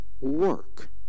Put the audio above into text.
work